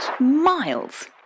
Miles